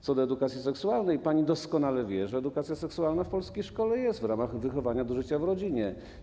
Co do edukacji seksualnej pani doskonale wie, że edukacja seksualna w polskiej szkole jest w ramach wychowania do życia w rodzinie.